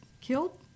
killed